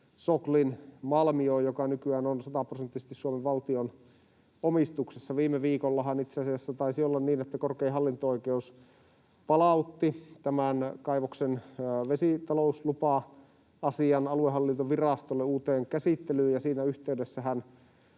Soklin malmioon, joka nykyään on sataprosenttisesti Suomen valtion omistuksessa? Viime viikollahan itse asiassa taisi olla niin, että korkein hallinto-oikeus palautti tämän kaivoksen vesitalouslupa-asian aluehallintovirastolle uuteen käsittelyyn, ja siinä yhteydessähän